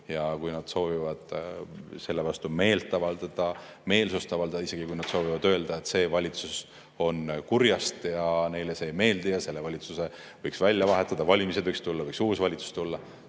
– kui nad soovivad selle vastu meelt avaldada, oma meelsust avaldada, isegi kui nad soovivad öelda, et see valitsus on kurjast ja neile see ei meeldi ja selle valitsuse võiks välja vahetada, pärast valimisi võiks uus valitsus tulla,